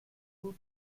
who